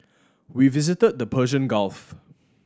we visited the Persian Gulf